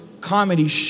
comedy